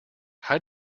how